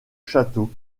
château